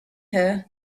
her